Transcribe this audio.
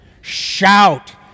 Shout